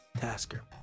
tasker